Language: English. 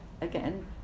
again